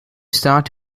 start